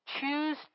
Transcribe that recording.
Choose